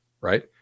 right